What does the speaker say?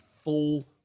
full